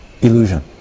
illusion